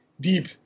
deep